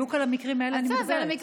בדיוק על המקרים האלה אני מדברת.